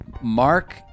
Mark